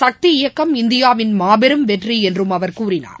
சக்தி இயக்கம் இந்தியாவின் மாபெரும் வெற்றிஎன்றும் அவர் கூறினார்